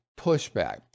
pushback